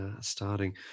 starting